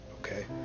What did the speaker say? Okay